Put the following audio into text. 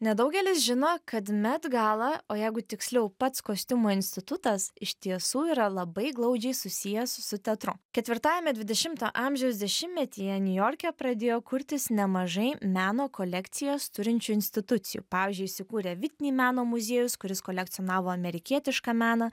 nedaugelis žino kad met gala o jeigu tiksliau pats kostiumų institutas iš tiesų yra labai glaudžiai susijęs su teatru ketvirtajame dvidešimto amžiaus dešimtmetyje niujorke pradėjo kurtis nemažai meno kolekcijas turinčių institucijų pavyzdžiui įsikūrė vitni meno muziejus kuris kolekcionavo amerikietišką meną